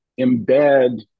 embed